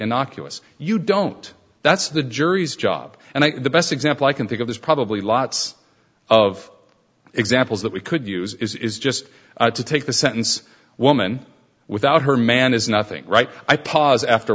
innocuous you don't that's the jury's job and the best example i can think of is probably lots of examples that we could use is is just to take the sentence woman without her man is nothing right i pause after